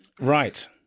Right